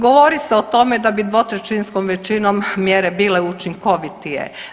Govori se o tome da bi dvotrećinskom većinom mjere bile učinkovitije.